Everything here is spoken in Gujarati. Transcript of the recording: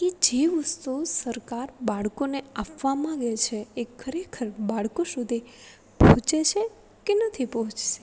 એ જે વસ્તુ સરકાર બાળકોને આપવામાં માંગે છે એ ખરેખર બાળકો સુધી પહોંચે છે કે નથી પહોંચતી